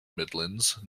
midlands